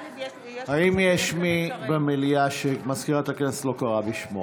האם יש מישהו במליאה שמזכירת הכנסת לא קראה בשמו?